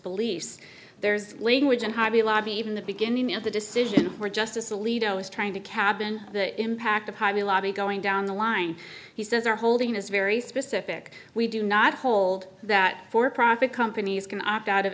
beliefs there's language and hobby lobby even the beginning of the decision where justice alito is trying to cabin the impact of hobby lobby going down the line he says our holding is very specific we do not hold that for profit companies can opt out of